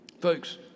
Folks